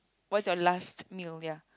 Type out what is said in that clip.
what's your last meal ya